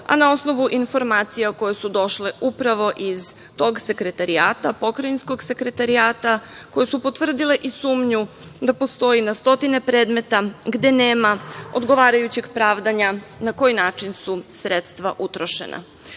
a na osnovu informacija koje su došle upravo iz tog sekretarijata, pokrajinskog sekretarijata, koje su potvrdile i sumnju da postoji na stotine predmeta gde nema odgovarajućeg pravdanja na koji način su sredstva utrošena. Na